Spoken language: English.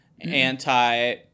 anti